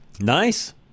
Nice